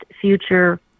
future